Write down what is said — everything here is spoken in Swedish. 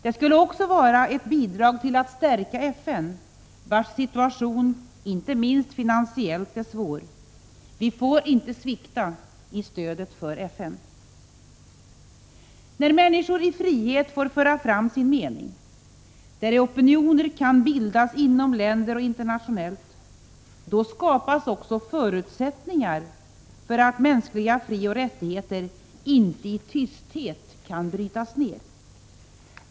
Det skulle också vara ett bidrag till att stärka FN, vars situation inte minst finansiellt är svår. Vi får inte svikta i stödet för FN. När människor i frihet får föra fram sin mening, när opinioner kan bildas inom länder och internationellt, då skapas också förutsättningar för att mänskliga frioch rättigheter inte i tysthet kan brytas ned.